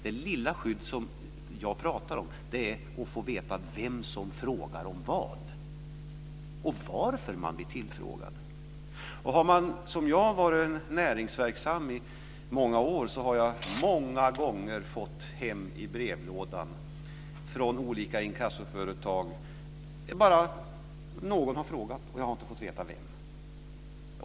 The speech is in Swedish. Det lilla skydd som jag pratar om är att få veta vem som frågar om vad, och varför man blir tillfrågad. Har man som jag varit näringsverksam i många år har man många gånger i brevlådan fått meddelande om att någon har frågat, men man har inte fått veta vem.